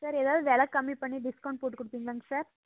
sir ஏதாவது வெலை கம்மி பண்ணி டிஸ்கௌண்ட் போட்டு கொடுப்பீங்களாங்க சார்